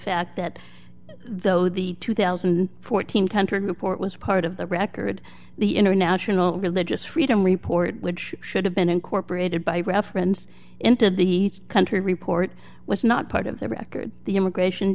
fact that though the two thousand and fourteen country report was part of the record the international religious freedom report which should have been incorporated by reference into the country report was not part of the record the immigration